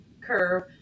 curve